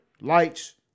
lights